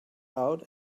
out